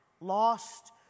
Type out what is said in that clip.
lost